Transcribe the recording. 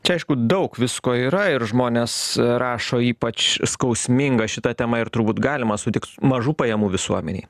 čia aišku daug visko yra ir žmonės rašo ypač skausminga šita tema ir turbūt galima sutik mažų pajamų visuomenei